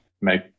make